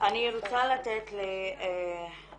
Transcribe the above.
אני רוצה לתת לאסמהן